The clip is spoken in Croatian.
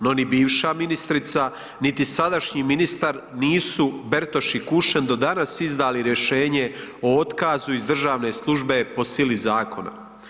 No ni bivša ministrica, niti sadašnji ministar nisu Bertoš i Kušen do danas izdali rješenje o otkazu iz državne službe po sili zakona.